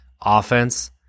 offense